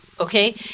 Okay